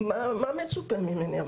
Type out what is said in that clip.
מה מצופה ממני?